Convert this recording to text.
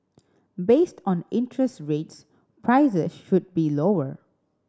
based on interest rates prices should be lower